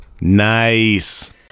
Nice